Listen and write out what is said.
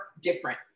different